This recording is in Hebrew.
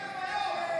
תתבייש.